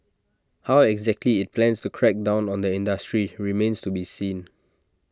how exactly IT plans to crack down on the industry remains to be seen